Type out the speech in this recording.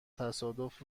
تصادف